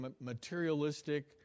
materialistic